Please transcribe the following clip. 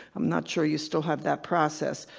i'm not sure you still have that process,